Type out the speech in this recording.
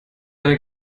eine